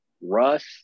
Russ